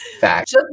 Fact